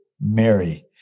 Mary